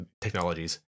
technologies